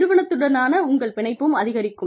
நிறுவனத்துடனான உங்கள் பிணைப்பும் அதிகரிக்கும்